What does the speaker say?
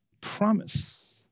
promise